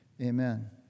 amen